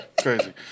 Crazy